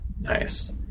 Nice